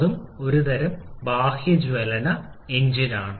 അതും ഒരുതരം ബാഹ്യ ജ്വലനം എഞ്ചിൻ ആണ്